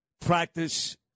practice